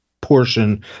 portion